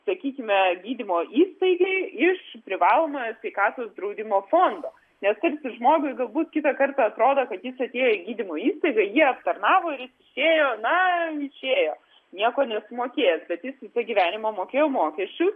sakykime gydymo įstaigai iš privalomojo sveikatos draudimo fondo nes ir žmogui galbūt kitąkart atrodo kad jis atėjo į gydymo įstaigą jį aptarnavo ir išėjo na išėjo nieko neapmokėjęsbet jis visą gyvenimą mokėjo mokesčius